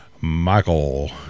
Michael